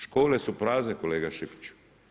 Škole su prazne kolega Šipiću.